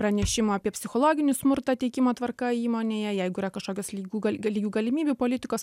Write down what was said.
pranešimo apie psichologinį smurtą teikimo tvarka įmonėje jeigu yra kažkokios lygių gali galijų galimybių politikos